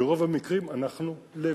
ברוב המקרים, אנחנו לבד.